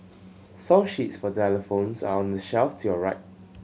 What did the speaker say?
song sheets for xylophones are on the shelf to your right